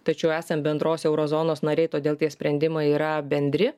tačiau esam bendros euro zonos nariai todėl tie sprendimai yra bendri